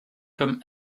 comme